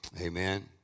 Amen